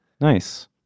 Nice